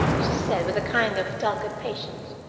she said, with a kind of dogged patience,